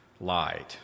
lied